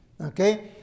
okay